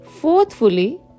Fourthly